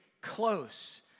close